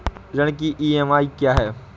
ऋण की ई.एम.आई क्या है?